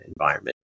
environment